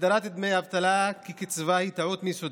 הגדרת דמי אבטלה כקצבה היא טעות מיסודה.